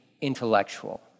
intellectual